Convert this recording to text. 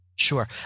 Sure